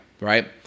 Right